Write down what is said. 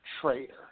Traitor